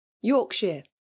yorkshire